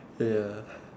ya